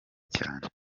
cyane